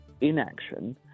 inaction